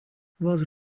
was